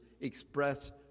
express